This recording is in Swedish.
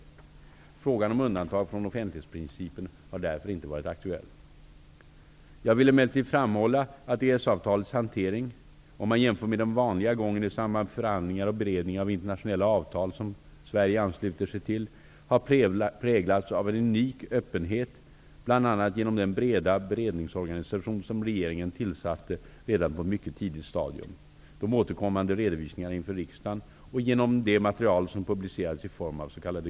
Frågan om undantag från offentlighetsprincipen har därför inte varit aktuell. Jag vill emellertid framhålla att EES-avtalets hantering -- om man jämför med den vanliga gången i samband med förhandlingar och beredning av internationella avtal som Sverige ansluter sig till -- har präglats av en unik öppenhet bl.a. genom den breda beredningsorganisation som regeringen tillsatte redan på ett mycket tidigt stadium, genom de återkommande redovisningarna inför riksdagen och genom det material som publicerades i form av s.k.